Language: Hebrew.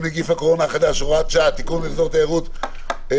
נגיף הקורונה החדש (הוראת שעה) (תיקון מס'...) (אזור תיירות מיוחד),